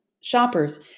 shoppers